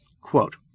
Quote